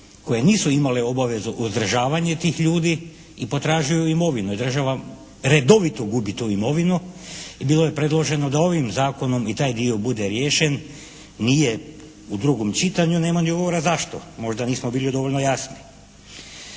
koje nisu imale obavezu uzdržavanje tih ljudi i potražuju imovinu, jer država redovito gubi tu imovinu i bilo je predloženo da ovim Zakonom i taj dio bude riješen, nije u drugom čitanju, nema ni govora zašto. Možda nismo bili dovoljno jasni.